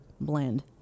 blend